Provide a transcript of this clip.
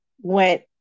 went